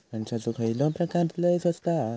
कणसाचो खयलो प्रकार लय स्वस्त हा?